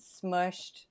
smushed –